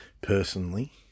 personally